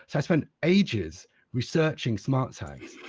so i spent ages researching smart tags.